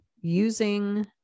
using